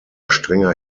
strenger